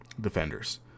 Defenders